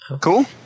Cool